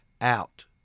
out